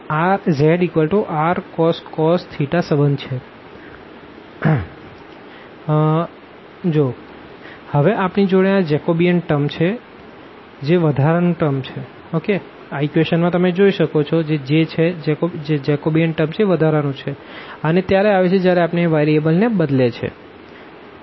DfxyzdxdydzDfrsin cos rsin sin rcos Jdrdθdϕ તો હવે આપણી જોડે આ જેકોબિયન ટર્મ છે જે વધારાનું ટર્મ છે અને ત્યારે આવે છે જ્યારે આપણે વેરિયેબલ ને બદલે છે